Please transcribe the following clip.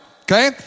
okay